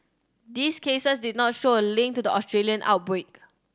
these cases did not show a link to the Australian outbreak